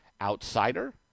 outsider